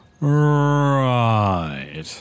Right